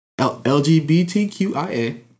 LGBTQIA